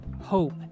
hope